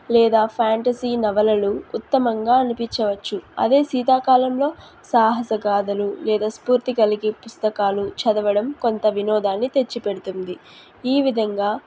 లేదా ఫ్యాంటసీ నవలలు ఉత్తమంగా అనిపించవచ్చు అదే శీతాకాలంలో సాహస గాథలు లేదా స్ఫూర్తి కలిగే పుస్తకాలు చదవడం కొంత వినోదాన్ని తెచ్చి పెడుతుంది ఈ విధంగా